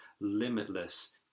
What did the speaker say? limitless